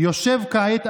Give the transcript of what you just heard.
אצל מי היא עובדת?